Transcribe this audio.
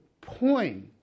point